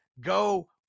go